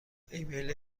ایمیل